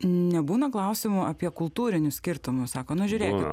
nebūna klausimų apie kultūrinius skirtumus sako nu žiūrėkit